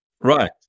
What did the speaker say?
right